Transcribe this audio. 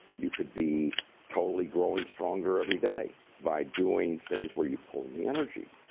you could be totally growing stronger every day by doing things where you pull in the energy.